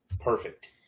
perfect